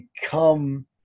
become